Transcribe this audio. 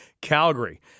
Calgary